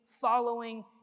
following